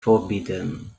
forbidden